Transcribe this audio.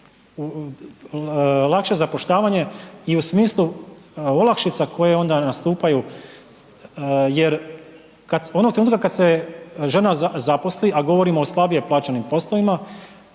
lakše zapošljavanje i u smislu olakšica koje onda nastupaju jer onoga trenutka kad se žena zaposli, a govorimo o slabije plaćenim poslovima